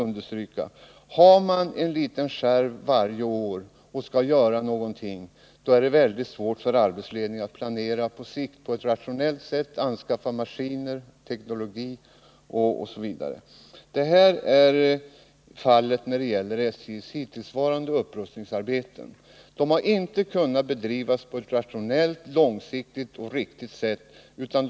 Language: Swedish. Om man bara varje år har en liten skärv och skall göra — 12 november 1979 någonting är det väldigt svårt för arbetsledningen att på sikt planera på ett rationellt sätt. Det kan gälla att anskaffa maskiner, följa med i teknologin osv. Så är fallet när det gäller SJ:s upprustningsarbeten hittills, som inte har kunnat bedrivas på ett rationellt eller riktigt sätt och inte heller långsiktigt.